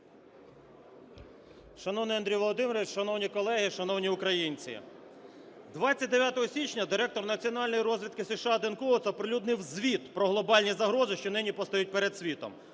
Шановний Андрій Володимирович, шановні колеги, шановні українці! 29 січня директор Національної розвідки США Ден Коутс оприлюднив звіт про глобальні загрози, що нині постають перед світом.